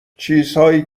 چیزهایی